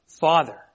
Father